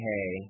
Hey